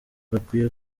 bakwiye